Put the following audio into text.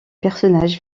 personnages